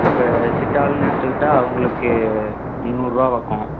இப்போ சித்தாளுன்னு எடுத்துக்கிட்டால் அவங்களுக்கு முந்நூறு ரூபா பக்கம்